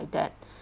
that